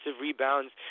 rebounds